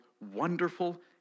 Wonderful